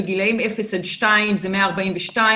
בגילאים אפס עד שתיים זה 142,